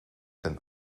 ten